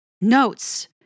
notes